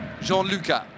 Jean-Lucas